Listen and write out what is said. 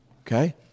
Okay